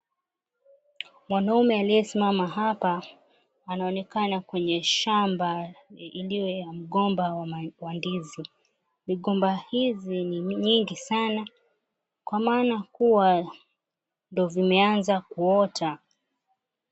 Mwanaume aliyesimama hapa anaonekana kwenye shamba iliyo ya mgomba wa ndizi migomba hizi ni nyingi sana kwa maana kuwa ndo zimeanza kuota.